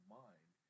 mind